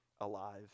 alive